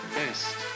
best